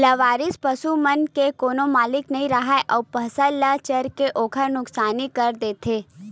लवारिस पसू मन के कोनो मालिक नइ राहय अउ फसल ल चर के ओखर नुकसानी कर देथे